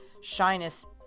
Shyness